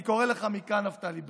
אני קורא לך מכאן, נפתלי בנט,